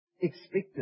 expected